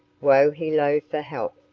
wo-he-lo for health,